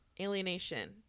Alienation